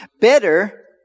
Better